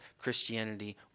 Christianity